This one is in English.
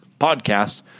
podcast